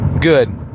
Good